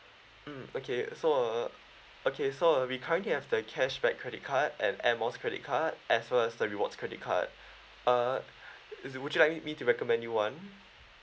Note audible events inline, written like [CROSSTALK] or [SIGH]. mm okay so uh okay so uh we currently have the cashback credit card and air miles credit card as well as the rewards credit card [BREATH] uh [BREATH] is it would you like me to recommend you one